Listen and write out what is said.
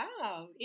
Wow